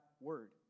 word